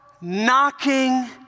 knocking